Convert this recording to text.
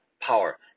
power